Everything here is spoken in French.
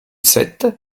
sept